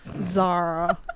Zara